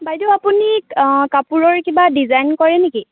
বাইদেউ আপুনি কাপোৰৰ কিবা ডিজাইন কৰে নেকি